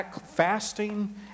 fasting